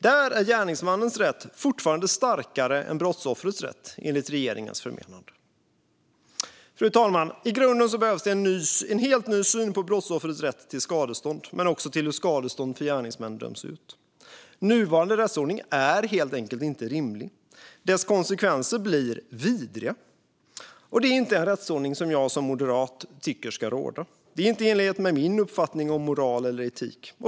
Där är gärningsmannens rätt fortfarande starkare än brottsoffrets rätt, enligt regeringens förmenande. Fru talman! I grunden behövs en helt ny syn på brottsoffers rätt till skadestånd men också på hur skadestånd till gärningsmän döms ut. Nuvarande rättsordning är helt enkelt inte rimlig. Dess konsekvenser blir vidriga. Det är inte en rättsordning jag som moderat vill ska råda. Den är inte i enlighet med min uppfattning om moral eller etik.